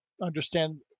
understand